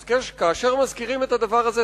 אז כאשר מזכירים את הדבר הזה,